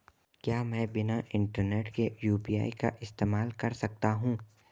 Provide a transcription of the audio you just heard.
क्या मैं बिना इंटरनेट के यू.पी.आई का इस्तेमाल कर सकता हूं?